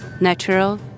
natural